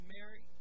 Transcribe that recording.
Mary